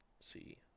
see